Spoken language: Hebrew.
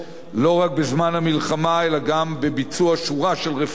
לא רק בזמן המלחמה אלא גם בביצוע שורה של רפורמות